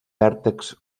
vèrtexs